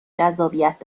جذابیت